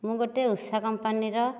ମୁଁ ଗୋଟିଏ ଉଷା କମ୍ପାନୀର